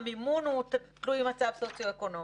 המימון הוא תלוי מצב סוציו-אקונומי.